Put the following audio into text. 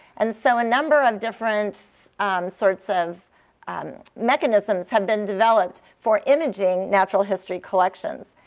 and so a number of different sorts of um mechanisms have been developed for imaging natural history collections,